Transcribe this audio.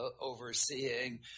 overseeing